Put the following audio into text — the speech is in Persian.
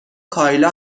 کایلا